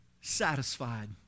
satisfied